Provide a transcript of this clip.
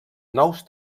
nous